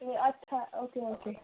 ए अच्छा okay okay